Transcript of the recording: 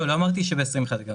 לא אמרתי שב-21' הגדלנו.